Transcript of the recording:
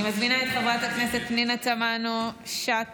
אני מזמינה את חברת הכנסת פנינה תמנו שטה,